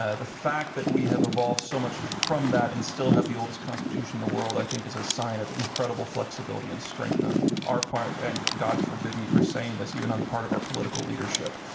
ah the fact that we have evolved so much from that and still have the oldest constitution in the world i think is a sign of incredible flexibility and strength on our part and, god forbid me for saying this, even on the part of our political leadership.